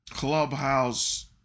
Clubhouse